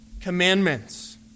Commandments